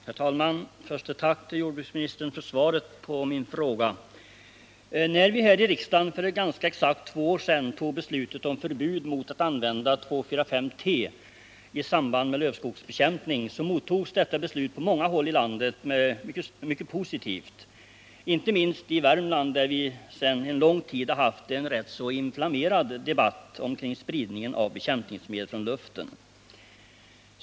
Herr talman! Först ett tack till jordbruksministern för svaret på min fråga. När vi här i riksdagen för ganska exakt två år sedan fattade beslutet om förbud mot att använda 2,4,5-T i samband med lövskogsbekämpning mottogs detta beslut på många håll i landet mycket positivt. Det gällde inte minst i Värmland, där vi sedan lång tid tillbaka haft en rätt inflammerad debatt om spridningen av bekämpningsmedel från luften.